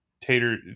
tater